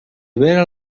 vera